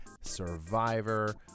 Survivor